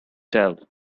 tell